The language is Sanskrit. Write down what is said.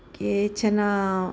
केचन